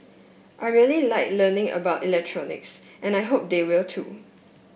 I really like learning about electronics and I hope they will too